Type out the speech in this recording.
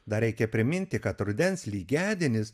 dar reikia priminti kad rudens lygiadienis